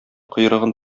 койрыгын